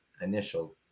initial